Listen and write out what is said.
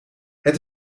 het